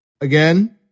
Again